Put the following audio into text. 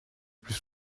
plus